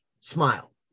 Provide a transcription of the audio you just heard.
smile